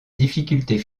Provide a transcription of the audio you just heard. difficultés